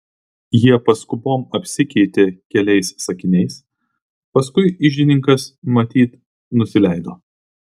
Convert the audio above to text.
jie paskubom apsikeitė keliais sakiniais paskui iždininkas matyt nusileido